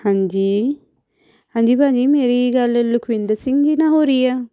ਹਾਂਜੀ ਹਾਂਜੀ ਭਾਅ ਜੀ ਮੇਰੀ ਗੱਲ ਲਖਵਿੰਦਰ ਸਿੰਘ ਜੀ ਨਾਲ ਹੋ ਰਹੀ ਆ